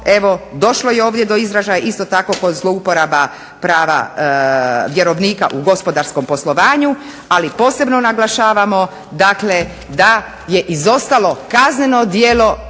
evo došlo je ovdje do izražaja. Isto tako kod zlouporaba prava vjerovnika u gospodarskom poslovanju. Ali posebno naglašavamo, dakle da je izostalo kazneno djelo